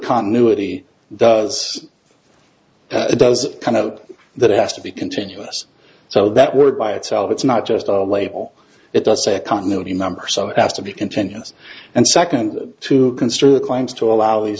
continuity does it does kind of that has to be continuous so that word by itself it's not just a label it does say a continuity number so as to be continuous and second to construe the claims to allow these